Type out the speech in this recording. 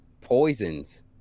poisons